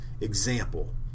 example